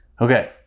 Okay